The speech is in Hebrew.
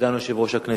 סגן יושב-ראש הכנסת,